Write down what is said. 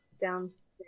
downstairs